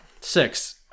Six